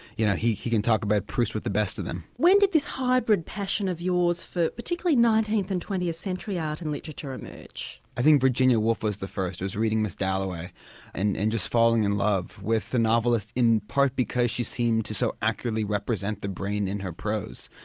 you know he he can talk about proust with the best of them. when did this hybrid passion of yours for particularly nineteenth and twentieth century art and literature emerge? i think virginia woolf was the first. i was reading mrs dalloway and and just falling in love with the novelist. in part because she seemed to so accurately represent the brain in her prose.